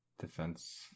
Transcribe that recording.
Defense